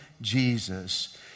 Jesus